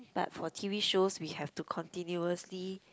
but for T_V shows we have to continuously